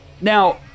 Now